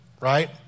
right